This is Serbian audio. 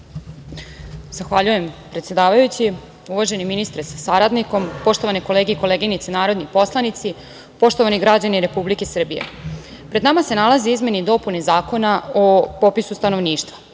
Zahvaljujem, predsedavajući. Uvaženi ministre sa saradnikom, poštovane kolege i koleginice narodni poslanici, poštovani građani Republike Srbije, pred nama se nalaze izmene i dopune Zakona o popisu stanovništva.